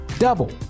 Double